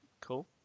Cool